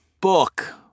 book